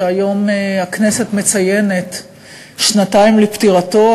שהיום הכנסת מציינת שנתיים לפטירתו,